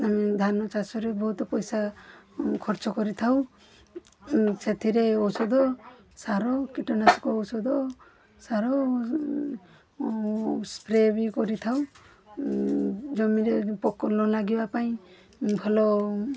ଆମେ ଧାନ ଚାଷରେ ବହୁତ ପଇସା ଖର୍ଚ୍ଚ କରିଥାଉ ସେଥିରେ ଔଷଦ ସାର କୀଟନାଶକ ଔଷଧ ସାର ସ୍ପ୍ରେ ବି କରିଥାଉ ଜମିରେ ପୋକ ନ ଲାଗିବା ପାଇଁ ଭଲ